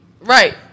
right